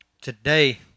Today